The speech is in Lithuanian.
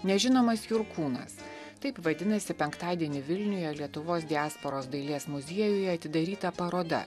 nežinomas jurkūnas taip vadinasi penktadienį vilniuje lietuvos diasporos dailės muziejuje atidaryta paroda